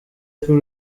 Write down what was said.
kuri